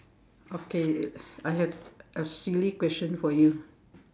okay I have a silly question for you